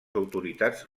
autoritats